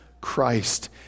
Christ